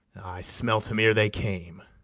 i smelt em ere they came.